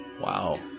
Wow